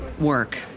work